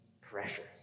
pressures